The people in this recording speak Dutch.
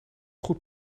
goed